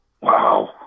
wow